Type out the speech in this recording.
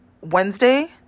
Wednesday